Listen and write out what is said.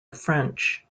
french